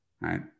right